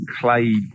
clay